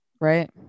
right